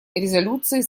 резолюции